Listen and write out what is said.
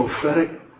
prophetic